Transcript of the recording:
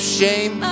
shame